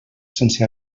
sense